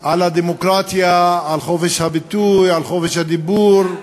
על הדמוקרטיה, על חופש הביטוי, על חופש הדיבור,